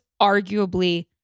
arguably